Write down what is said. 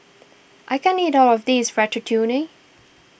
I can't eat all of this Ratatouille